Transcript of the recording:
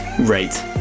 rate